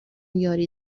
یاری